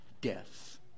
death